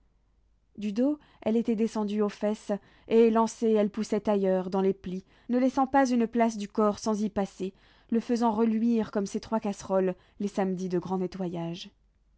du dos elle était descendue aux fesses et lancée elle poussait ailleurs dans les plis ne laissant pas une place du corps sans y passer le faisant reluire comme ses trois casseroles les samedis de grand nettoyage